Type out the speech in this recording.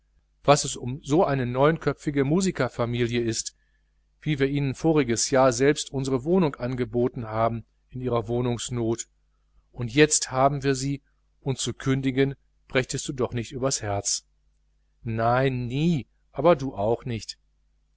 was es um so eine neunköpfige musikersfamilie ist wie wir ihnen voriges jahr selbst unsere wohnung angeboten haben in ihrer wohnungsnot und jetzt haben wir sie und zu kündigen brächtest du doch nicht übers herz nein nie aber du auch nicht